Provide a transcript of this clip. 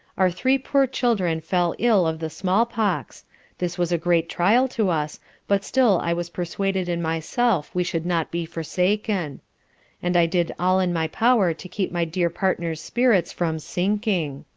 our three poor children fell ill of the small pox this was a great trial to us but still i was persuaded in myself we should not be forsaken and i did all in my power to keep my dear partner's spirits from sinking.